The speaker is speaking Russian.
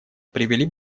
привели